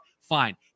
fine